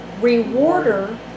rewarder